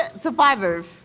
survivors